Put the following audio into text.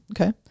Okay